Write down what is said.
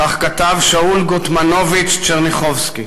כך כתב שאול גוטמנוביץ' טשרניחובסקי,